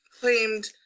claimed